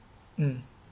mm